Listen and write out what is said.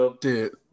Dude